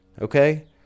Okay